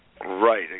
Right